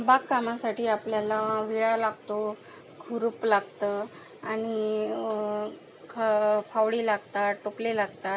बागकामासाठी आपल्याला विळा लागतो खुरपं लागतं आणि फा फावडी लागतात टोपले लागतात